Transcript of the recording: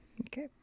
Okay